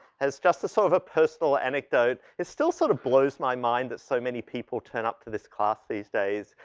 as just a sort so of a personal anecdote, is still sort of blows my mind that so many people turn up to this class these days.